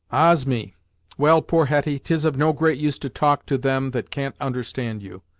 ahs! me well, poor hetty, tis of no great use to talk to them that can't understand you,